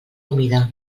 humida